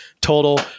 Total